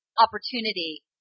opportunity